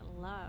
love